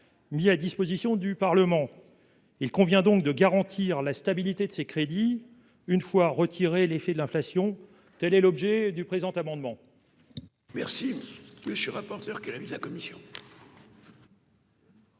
mis à disposition du Parlement, il convient donc de garantir la stabilité de ses crédits une fois retiré l'effet de l'inflation, telle est l'objet du présent amendement.